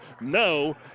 No